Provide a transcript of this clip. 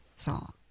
song